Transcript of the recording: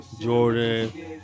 Jordan